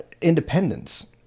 independence